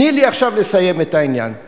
תני לי עכשיו לסיים את העניין.